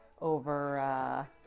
over